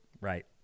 Right